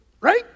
right